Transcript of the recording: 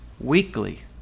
weekly